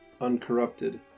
uncorrupted